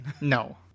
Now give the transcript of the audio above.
No